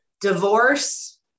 divorce